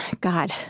God